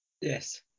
Yes